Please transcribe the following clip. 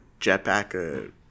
jetpack